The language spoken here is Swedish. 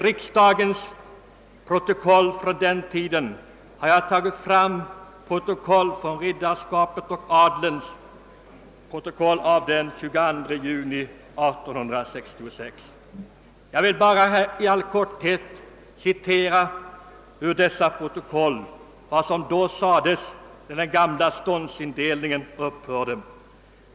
Jag har tagit fram Ridderskapet och Adelns protokoll för den 22 juni 1866 och skall i korthet citera vad som sades när den gamla ståndsindelningen då upphörde.